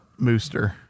Mooster